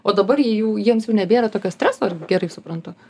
o dabar jau jiems jau nebėra tokio streso ar gerai suprantu